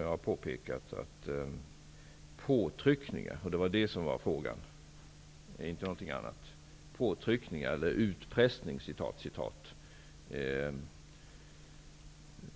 Jag har påpekat att ''påtryckningar'' eller ''utpressning'' -- det